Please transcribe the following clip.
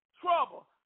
trouble